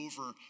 over